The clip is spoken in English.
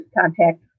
contact